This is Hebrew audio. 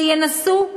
שינסו,